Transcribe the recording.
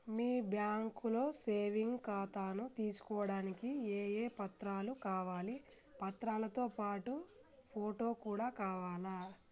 మీ బ్యాంకులో సేవింగ్ ఖాతాను తీసుకోవడానికి ఏ ఏ పత్రాలు కావాలి పత్రాలతో పాటు ఫోటో కూడా కావాలా?